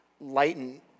lighten